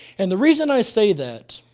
and the reason i say that